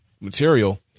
material